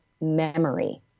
memory